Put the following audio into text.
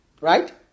Right